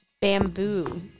bamboo